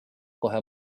kohe